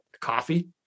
coffee